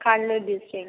Cuddalore district